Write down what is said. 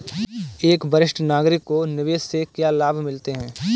एक वरिष्ठ नागरिक को निवेश से क्या लाभ मिलते हैं?